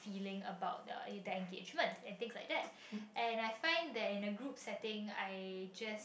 feeling about the the engagement I think like that and I find that in a group setting I just